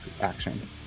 action